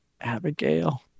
Abigail